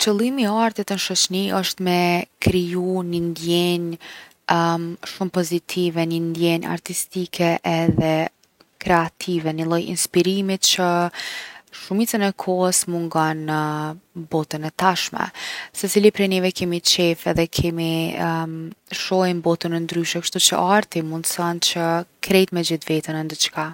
Qëllimi i artit n’shoqni osht me kriju ni ndjenjë shumë pozitive, ni ndjenj artistike edhe kreative. Ni lloj inspirimi që shumicën e kohës mungon në botën e tashme. Secili prej neve kemi qef edhe kemi shohim botën ndryshe kshtuqe arti mundson që krejt me gjet’ veten n’diçka.